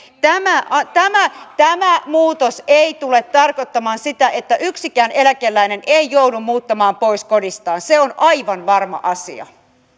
tämä tämä muutos ei tule tarkoittamaan sitä että yksikään eläkeläinen joutuisi muuttamaan pois kodistaan se on aivan varma asia